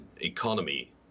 economy